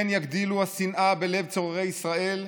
כן יגדילו השנאה בלב צוררי ישראל,